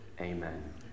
Amen